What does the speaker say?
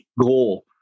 goal